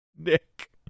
Nick